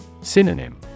Synonym